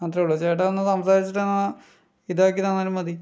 അത്രേ ഉള്ളൂ ചേട്ടൻ ഒന്ന് സംസാരിച്ചിട്ട് എന്നാൽ ഇതാക്കി തന്നാലും മതി